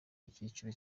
ikiciro